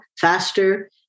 faster